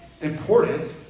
important